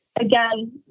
Again